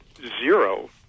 zero